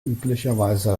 üblicherweise